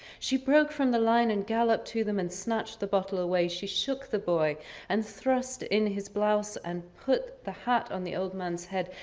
she broke from the line and galloped to him and snatched the bottle away. she shook the boy and thrust in his blouse and put the hat on the old man's head.